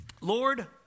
Lord